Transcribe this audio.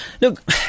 Look